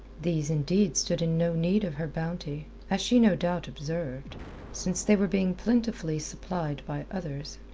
these, indeed, stood in no need of her bounty as she no doubt observed since they were being plentifully supplied by others.